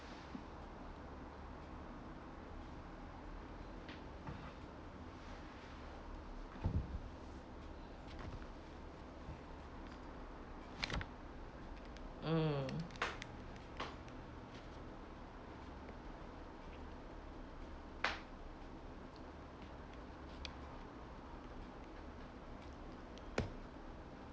mm